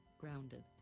grounded